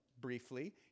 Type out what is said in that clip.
briefly